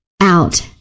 out